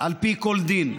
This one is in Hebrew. על פי כל דין.